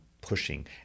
pushing